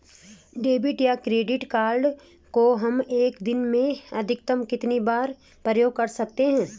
Debit या credit card को हम एक दिन में अधिकतम कितनी बार प्रयोग कर सकते हैं?